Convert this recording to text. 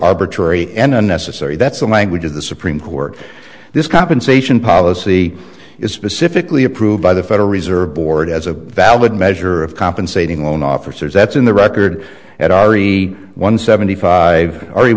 arbitrary and unnecessary that's the language of the supreme court this compensation policy is specifically approved by the federal reserve board as a valid measure of compensating loan officers that's in the record at r e one seventy five r e